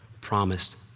promised